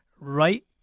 right